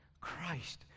Christ